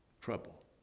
Trouble